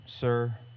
Sir